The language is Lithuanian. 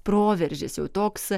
proveržis jau toks